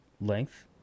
length